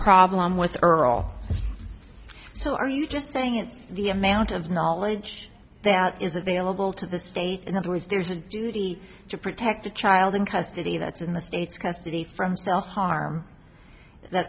problem with earl so are you just saying it's the amount of knowledge that is available to the state in other words there's a duty to protect a child in custody that's in the state's custody from self harm the